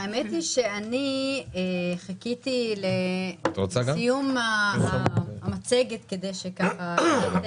האמת היא שאני חיכיתי לסיום המצגת כדי שאוכל